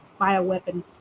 bioweapons